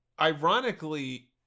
Ironically